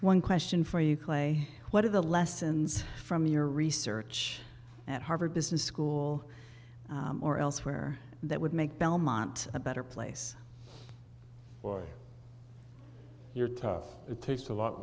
one question for you clay what are the lessons from your research at harvard business school or elsewhere that would make belmont a better place boy you're tough it takes a lot